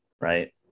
right